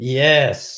yes